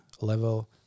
level